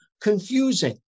confusing